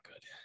good